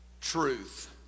Truth